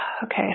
Okay